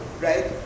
right